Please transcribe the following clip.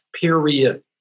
period